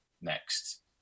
next